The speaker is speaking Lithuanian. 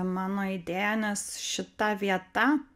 mano idėja nes šita vieta